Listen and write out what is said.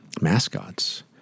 mascots